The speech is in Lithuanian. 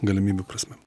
galimybių prasme